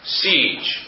siege